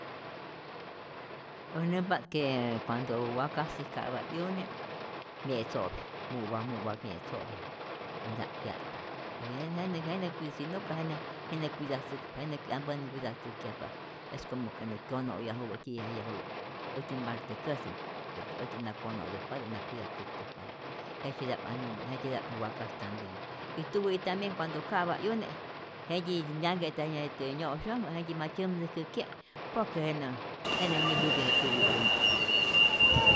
Äj nämpa't ke cuando wakajsi ka'pa 'yune mye'tzo'pya mu'pa mu'pa mye'tzo'pya y nta'p pya'tpa y jen jenä jenä que si no ka jenä kyuidatzäkpa jenä 'yampän kyuidatzäjkyajpa, es como nä kyono'yajpa tyi'yajyajupä äjtyä mparte käsi, por que, äjtyät na kono'täjpatä na cuidatzäktäjpatä, jejtzyeta'p anim jejtzyeta'p je wakas tambien y tuwi tambien cuando ka'pa 'yune jendyi nyanhke'ta jetyä nyo'syojmä jentyi ma tzyämtäjkäkye', por que jenä' jenä nyäjäpya je tyuwi'une.